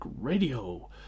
Radio